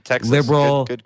liberal